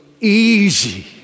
easy